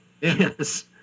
Yes